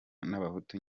n’abahutu